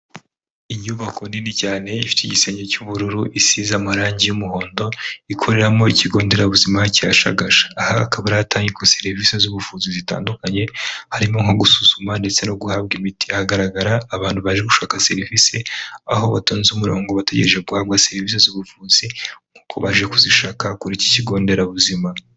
Inyubako nini cyane ifite igisenge cy'ubururu isize amarangi y'umuhondo ikoreramo ikigo nderabuzima cya shagasha. Aha akaba ari ahatangirwa serivisi z'ubuvuzi zitandukanye harimo nko gusuzuma ndetse no guhabwa imiti. Hagaragara abantu baje gushaka serivisi aho batonze umurongo bategereje guhabwa serivisi z'ubuvuzi mu kubabaje kuzishaka kuri iki kigo nderabuzima.